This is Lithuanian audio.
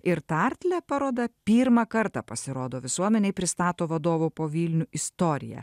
ir tartle paroda pirmą kartą pasirodo visuomenei pristato vadovo po vilnių istoriją